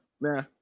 nah